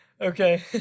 okay